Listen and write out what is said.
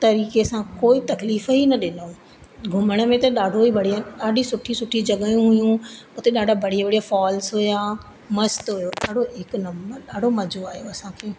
तरीक़े सां कोई तकलीफ़ु ई न ॾिनऊं घुमण में त ॾाढो ई बढ़िया ॾाढी सुठी सुठी जॻहियूं हुयूं उते ॾाढा बढ़िया बढ़िया फॉल्स हुया मस्तु हुयो ॾाढो हिकु नंबर ॾाढो मज़ो आयो असांखे